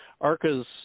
ARCA's